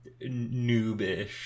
noobish